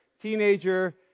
teenager